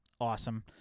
awesome